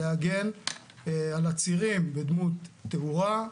להגן על הצירים בדמות תאורה,